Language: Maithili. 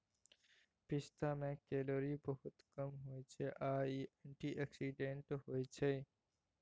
पिस्ता मे केलौरी बहुत कम होइ छै आ इ एंटीआक्सीडेंट्स होइ छै